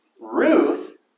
Ruth